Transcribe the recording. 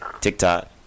TikTok